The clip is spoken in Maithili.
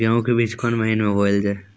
गेहूँ के बीच कोन महीन मे बोएल जाए?